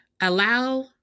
Allow